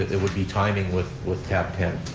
it would be timing with with tab ten.